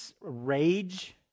rage